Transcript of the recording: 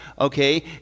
okay